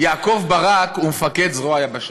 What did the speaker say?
יעקב ברק הוא מפקד זרוע היבשה.